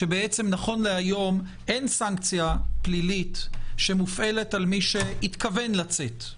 שבעצם נכון להיום אין סנקציה פלילית שמופעלת על מי שהתכוון לצאת.